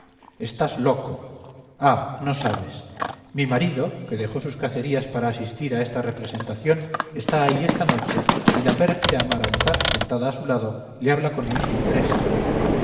estás loco ah no sabes mi marido que dejó sus cacerías para asistir a esta representación está ahí esta noche y la pérfida amaranta sentada a su lado le habla con mucho interés